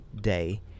day